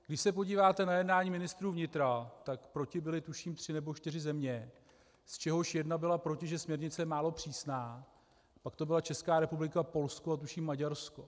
Když se podíváte na jednání ministrů vnitra, tak proti byly, tuším, tři nebo čtyři země, z čehož jedna byla proti, že směrnice je málo přísná, pak to byla Česká republika, Polsko a tuším Maďarsko.